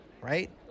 right